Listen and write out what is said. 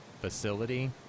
facility